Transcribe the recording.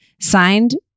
Signed